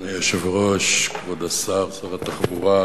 אדוני היושב-ראש, כבוד השר, שר התחבורה,